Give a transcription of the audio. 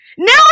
No